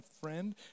friend